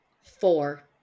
Four